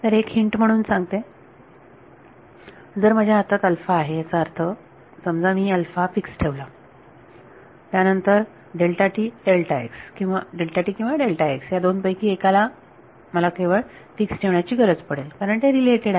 तर एक हिंट म्हणून सांगते जर अल्फा माझ्या हातात आहे याचा अर्थ जर समजा मी अल्फा फिक्स ठेवला आणि त्यानंतर किंवा या दोन पैकी एकाला मला केवळ फिक्स ठेवण्याची गरज पडेल कारण ते रिलेटेड आहेत